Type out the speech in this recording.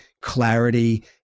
clarity